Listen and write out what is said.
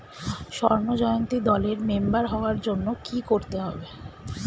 স্বর্ণ জয়ন্তী দলের মেম্বার হওয়ার জন্য কি করতে হবে?